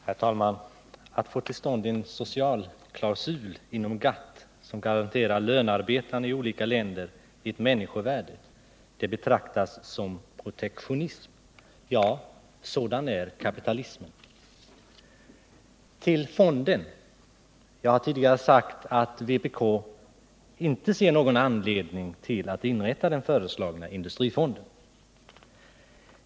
Herr talman! Att få till stånd en socialklausul inom GATT, som garanterar lönarbetarna i olika länder ett människovärde, betraktas som protektionism. Ja, sådan är kapitalismen! I fråga om den föreslagna industrifonden har jag tidigare sagt att vpk inte ser någon anledning att inrätta denna.